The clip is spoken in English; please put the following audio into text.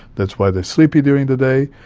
that's why they are sleepy during the day.